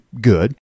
good